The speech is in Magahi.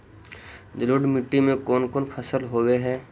जलोढ़ मट्टी में कोन कोन फसल होब है?